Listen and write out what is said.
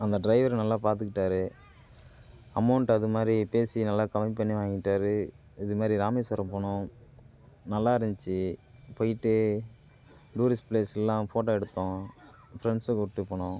அந்த ட்ரைவரு நல்லா பார்த்துக்கிட்டாரு அமௌண்ட்டு அது மாதிரி பேசி நல்லா கம்மி பண்ணி வாங்கிட்டாரு இது மாதிரி இராமேஸ்வரம் போனோம் நல்லா இருந்துச்சி போயிட்டு டூரிஸ்ட் பிளேஸ் எல்லாம் ஃபோட்டோ எடுத்தோம் ஃப்ரெண்ட்ஸை கூப்பிட்டு போனோம்